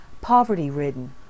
poverty-ridden